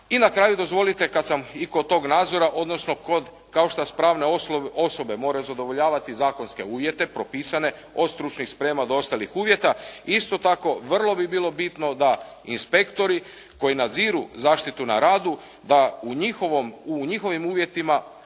I na kraju dozvolite kada sam i kod tog nadzora, odnosno kao što pravne osobe moraju zadovoljavati zakonske uvjete propisane od stručnih sprema do ostalih uvjeta, isto tako vrlo bi bilo bitno da inspektori koji nadziru zaštitu na radu da u njihovim uvjetima